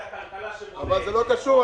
זה לא קשור,